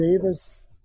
Davis